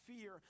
fear